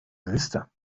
wüste